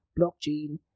blockchain